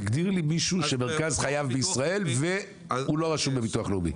תגדיר לי מישהו שמרכז חייו בישראל והוא לא רשום בביטוח לאומי?